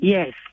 Yes